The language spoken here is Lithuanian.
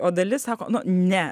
o dalis sako nu ne